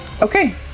Okay